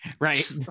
Right